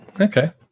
Okay